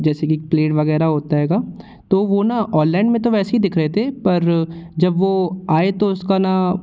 जैसे कि प्लेट वगैरह होता हैगा तो वो ना ऑनलाइन में तो वैसे ही दिख रहे थे पर जब वो आए तो उसका ना